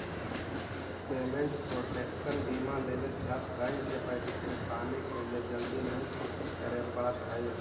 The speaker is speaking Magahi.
पेमेंट प्रोटेक्शन बीमा लेवे से आप बैंक के पैसा चुकाने के लिए जल्दी नहीं करे पड़त हई